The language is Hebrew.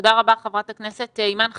תודה רבה, חברת הכנסת אימאן ח'טיב.